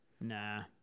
Nah